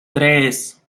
tres